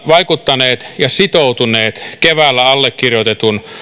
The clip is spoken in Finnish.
vaikuttaneet ja sitoutuneet keväällä allekirjoitetun